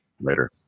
Later